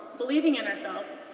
believing in ourselves,